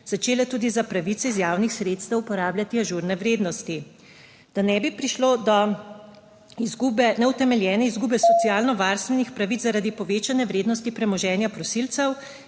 tudi za pravice iz javnih sredstev uporabljati ažurne vrednosti. Da ne bi prišlo do neutemeljene izgube socialno varstvenih pravic zaradi povečane vrednosti premoženja prosilcev